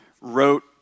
wrote